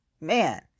Man